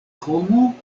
homo